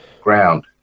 ground